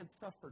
suffered